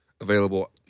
available